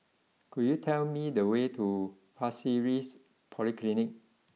could you tell me the way to Pasir Ris Polyclinic